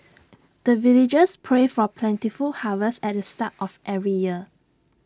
the villagers pray for plentiful harvest at the start of every year